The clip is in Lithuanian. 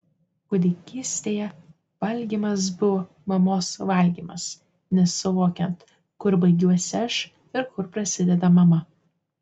kūdikystėje valgymas buvo mamos valgymas nesuvokiant kur baigiuosi aš ir kur prasideda mama